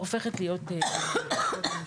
כבר הופך להיות פחות משמעותי.